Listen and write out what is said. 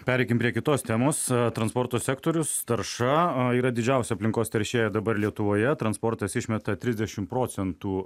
pereikim prie kitos temos transporto sektorius tarša yra didžiausi aplinkos teršėjai dabar lietuvoje transportas išmeta trisdešimt procentų